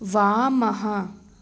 वामः